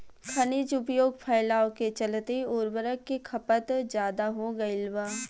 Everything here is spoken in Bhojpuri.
खनिज उपयोग फैलाव के चलते उर्वरक के खपत ज्यादा हो गईल बा